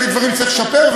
ראיתי דברים שצריך לשפר,